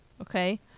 Okay